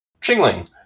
Chingling